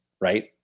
right